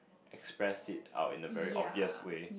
express it out in a very obvious way